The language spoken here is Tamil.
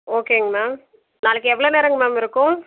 ஓகேங்க மேம் நாளைக்கு எவ்வளோ நேரங்க மேம் இருக்கும்